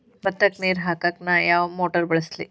ಭತ್ತಕ್ಕ ನೇರ ಹಾಕಾಕ್ ನಾ ಯಾವ್ ಮೋಟರ್ ಬಳಸ್ಲಿ?